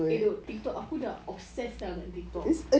eh dok Tiktok aku dah obsessed [tau] dengan Tiktok